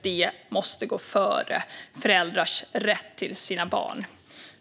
Det måste gå före föräldrars rätt till sina barn.